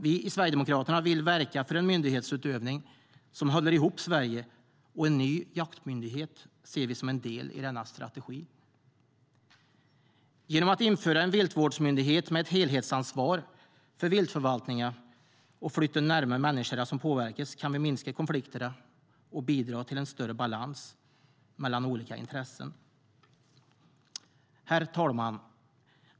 Vi i Sverigedemokraterna vill verka för en myndighetsutövning som håller ihop Sverige, och en ny jaktmyndighet ser vi som en del i denna strategi. Genom att införa en viltvårdsmyndighet med ett helhetsansvar för viltförvaltningen och flytta den närmare människorna som påverkas kan vi minska konflikterna och bidra till en större balans mellan olika intressen. Herr talman!